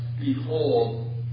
Behold